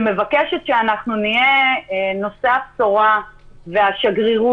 שמבקשת שאנחנו נהיה נושאי הבשורה והשגרירים